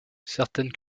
certaines